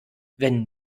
wenn